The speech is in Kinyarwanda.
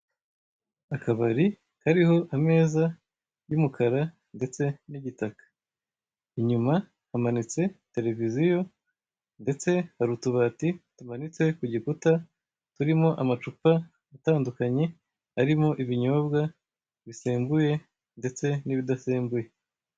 Akabari kariho ameza y'umukara ndetse n'igitaka. Inyuma hamanitse televiziyo ndetse hari utubati tumanitse ku gikuta, turimo amacupa atandukanye, arimo ibinyobwa bisembuye ndetse n'ibidasembuye.